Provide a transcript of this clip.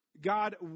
God